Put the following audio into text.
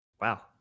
Wow